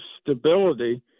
stability